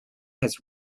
has